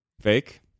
Fake